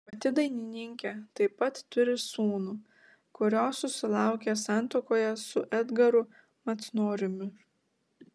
pati dainininkė taip pat turi sūnų kurio susilaukė santuokoje su edgaru macnoriumi